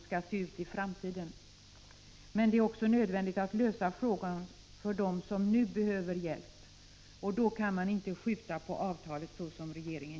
När kommer detta avtal att godkännas av regeringen?